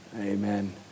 Amen